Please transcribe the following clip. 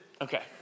Okay